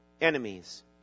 enemies